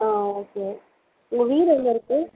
ஆ okay உங்கள் வீடு எங்கிருக்கு